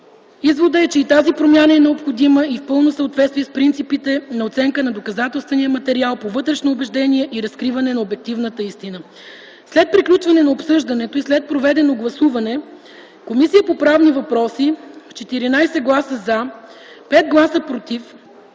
Изводът е, че тази промяна е необходима и е в пълно съответствие с принципите на оценка на доказателствения материал, по вътрешно убеждение и разкриване на обективната истина. След приключване на обсъждането и след проведено гласуване Комисията по правни въпроси с 14 гласа „за”, 5 гласа „против”